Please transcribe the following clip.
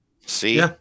see